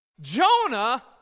Jonah